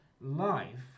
life